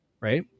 right